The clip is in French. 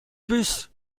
bus